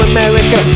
America